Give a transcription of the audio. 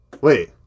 wait